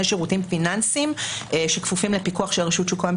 שירותים פיננסיים שכפופים לפיקוח של רשות שוק ההון,